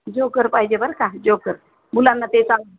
joker पाहिजे बर का जोकर मुलांना ते चाल